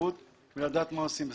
בטיחות ולדעת מה עושים בזה.